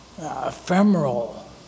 ephemeral